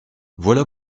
voilà